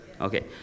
Okay